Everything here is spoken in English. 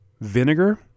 vinegar